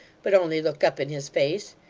but only looked up in his face,